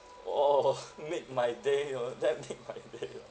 !whoa! make my day oh that make my day ah